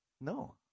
no